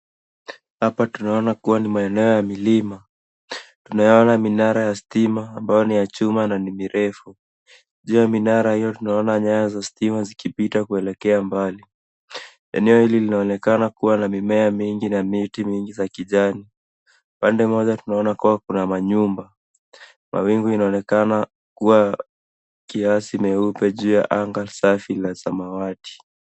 Hapa tunaona kuwa ni maeneo ya milima. Tunayaona minara ya stima ambayo ni ya chuma na ni mirefu. Juu ya minara hiyo tunaona nyaya za stima zikipita kuelekea mbali. Eneo hili linaonekana kuwa na mimea mingi na miti mingi za kijani. Pande moja tunaona kuwa kuna manyumba. Mawingu inaonekana kuwa kiasi meupe juu ya anga safi na samawati.